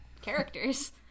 characters